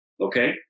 Okay